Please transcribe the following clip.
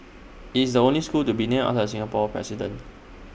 IT is the only school to be named outside Singapore president